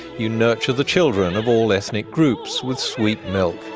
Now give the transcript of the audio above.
you nurture the children of all ethnic groups with sweet milk.